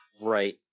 Right